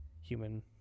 human